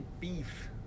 beef